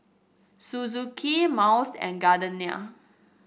Suzuki Miles and Gardenia